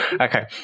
Okay